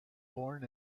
born